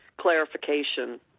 clarification